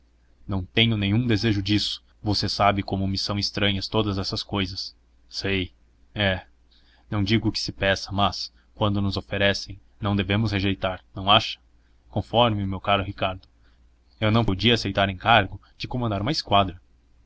não tenho nenhum desejo disso você sabe como me são estranhas todas essas cousas sei é não digo que se peça mas quando nos oferecem não devemos rejeitar não acha conforme meu caro ricardo eu não podia aceitar encargo de comandar uma esquadra